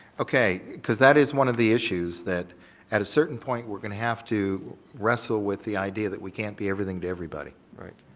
okay, cause that is one of the issues that at a certain point we're going to have to wrestle with the idea that we can't be everything to everybody. right.